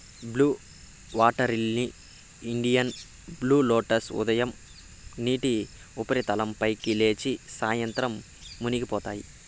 blue water lily, Indian blue lotus ఉదయం నీటి ఉపరితలం పైకి లేచి, సాయంత్రం మునిగిపోతాయి